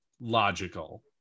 logical